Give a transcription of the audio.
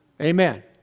Amen